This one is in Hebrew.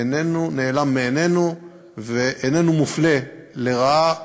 איננו נעלם מעינינו ואיננו מופלה לרעה,